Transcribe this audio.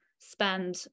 spend